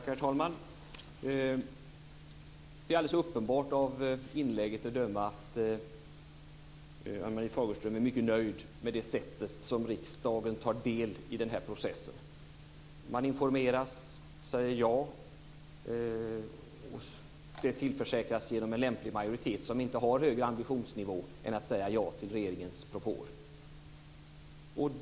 Herr talman! Det är helt uppenbart, av inlägget att döma, att Ann-Marie Fagerström är mycket nöjd med det sätt på vilket riksdagen tar del i den här processen. Man informeras och säger ja. Det tillförsäkras genom en lämplig majoritet, som inte har högre ambitionsnivå än att säga ja till regeringens propåer.